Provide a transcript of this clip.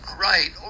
Right